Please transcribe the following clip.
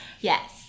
Yes